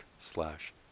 slash